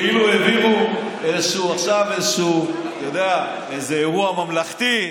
כאילו העבירו עכשיו איזשהו אירוע ממלכתי,